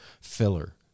filler